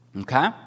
Okay